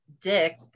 Dick